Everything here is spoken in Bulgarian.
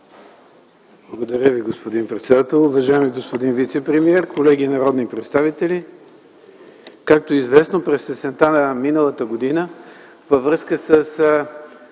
Благодаря Ви, господин председател. Уважаеми господин вицепремиер, колеги народни представители! Както е известно, през есента на миналата година, във връзка с